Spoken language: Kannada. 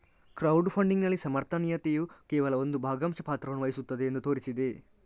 ಕ್ರೌಡ್ ಫಂಡಿಗಿನಲ್ಲಿ ಸಮರ್ಥನೀಯತೆಯು ಕೇವಲ ಒಂದು ಭಾಗಶಃ ಪಾತ್ರವನ್ನು ವಹಿಸುತ್ತದೆ ಎಂದು ತೋರಿಸಿದೆ